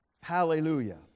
hallelujah